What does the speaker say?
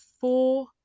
four